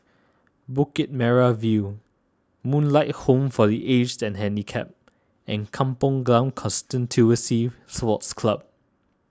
Bukit Merah View Moonlight Home for the Aged and Handicapped and Kampong Glam Constituency Sports Club